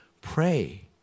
pray